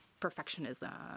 perfectionism